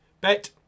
bet